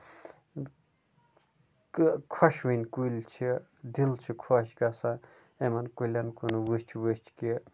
تہٕ خۄشیِوٕنۍ کُلۍ چھِ دِل چھُ خۄش گژھان یِمن کُلیٚن کُن وُچھ وُچھ کہِ